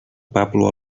pablo